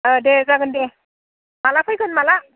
दे जागोन दे माला फैगोन माला